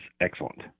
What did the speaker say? excellent